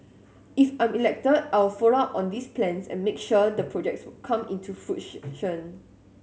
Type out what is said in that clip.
if I'm elected I will follow up on these plans and make sure the projects come into